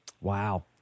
Wow